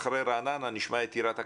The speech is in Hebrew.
אחרי רעננה נשמע את טירת הכרמל.